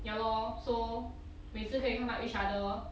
ya lor so 每次可以看到 each other